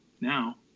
now